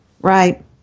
Right